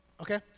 Okay